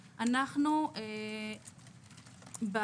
נכון, יש לנו